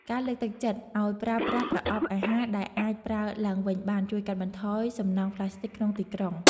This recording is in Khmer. ការលើកទឹកចិត្តឱ្យប្រើប្រាស់ប្រអប់អាហារដែលអាចប្រើឡើងវិញបានជួយកាត់បន្ថយសំណល់ប្លាស្ទិកក្នុងទីក្រុង។